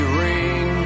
ring